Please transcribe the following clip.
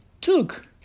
took